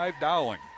Dowling